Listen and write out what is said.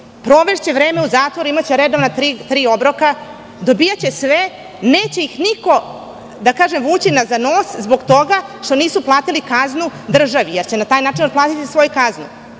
Provešće vreme u zatvoru, imaće redovna tri obroka, dobijaće sve, neće ih niko vući za nos zbog toga što nisu platili kaznu državi, jer će na taj način otplatiti svoju kaznu. Nisu